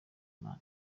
imana